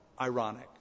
ironic